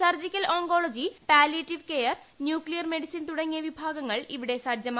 surgical oncology palliative care nuclear medicine തുടർങ്ങിയ വിഭാഗങ്ങൾ ഇവിടെ സജ്ജമായി